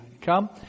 come